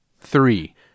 Three